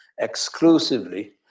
exclusively